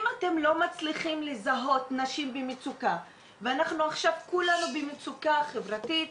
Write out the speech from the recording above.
אם אתם לא מצליחים לזהות נשים במצוקה ואנחנו עכשיו כולנו במצוקה חברתית,